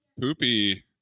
poopy